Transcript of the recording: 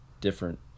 different